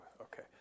okay